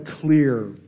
clear